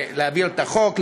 להעביר את החוק,